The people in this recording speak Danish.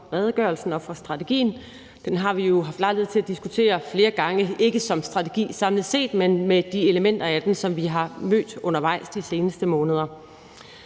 for redegørelsen og for strategien. Den har vi jo haft lejlighed til at diskutere flere gange, ikke som strategi samlet set, men med de elementer af den, som vi har mødt undervejs de seneste måneder.